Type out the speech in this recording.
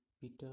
Peter